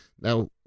Now